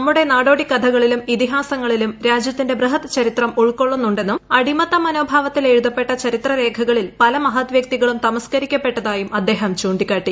നമ്മുഭ്ട്ട നാടോടി കഥകളിലും ഇതിഹാസങ്ങളിലും രാജ്യത്തിന്റെ ചരിത്രം ടെ കൊള്ളുന്നുണ്ടെന്നും അടിമത്തി മനോഭാവത്തിൽ എഴുതപ്പെട്ട ചരിത്ര രേഖകളിൽ പല മഹത് വൃക്തിക്ളും തമസ്കരിക്കപ്പെട്ടതായും അദ്ദേഹം ചൂണ്ടിക്കാട്ടി